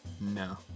No